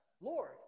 Lord